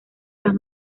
las